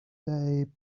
they